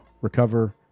Recover